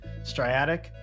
Striatic